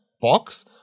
box